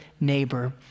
neighbor